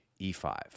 e5